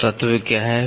तो तत्व क्या हैं